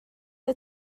wyt